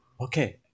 Okay